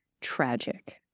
tragic